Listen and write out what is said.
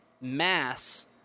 mass